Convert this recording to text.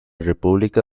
república